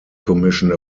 commission